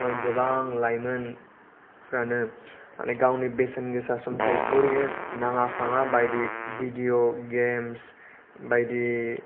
ओ गोबां लाइमोनफ्रानो माने गावनि बेसेन गोसा समखौ ओरैनो नाङा फाङा बायदि भिडिय' गेम्स बायदि